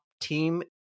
team